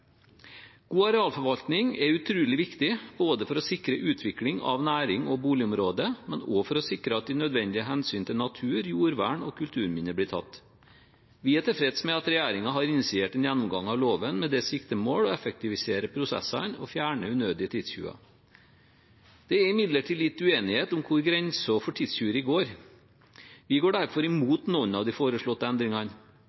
God arealforvaltning er utrolig viktig både for å sikre utvikling av nærings- og boligområder og for å sikre at de nødvendige hensyn til natur, jordvern og kulturminner blir tatt. Vi er tilfreds med at regjeringen har initiert en gjennomgang av loven, med det siktemål å effektivisere prosessene og fjerne unødige tidstyver. Det er imidlertid litt uenighet om hvor grensen for tidstyveri går. Vi går derfor